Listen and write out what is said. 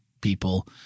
people